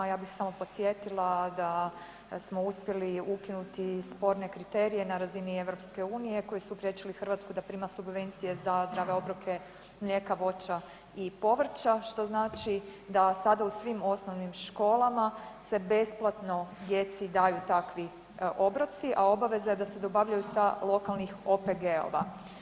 Ja bih samo podsjetila da smo uspjeli ukinuti sporne kriterije na razini EU koji su priječili Hrvatsku da prima subvenciju za zdrave obroke mlijeka, voća i povrća što znači da sada u svim osnovnim školama se besplatno daju takvi obroci, a obaveza je da se dobavljaju sa lokalnih OPG-ova.